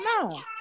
no